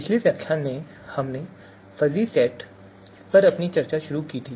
पिछले व्याख्यान में हमने फजी सेट पर अपनी चर्चा शुरू की थी